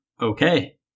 okay